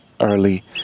early